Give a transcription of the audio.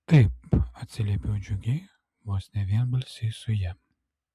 taip atsiliepiau džiugiai vos ne vienbalsiai su ja